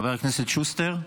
חבר הכנסת שוסטר,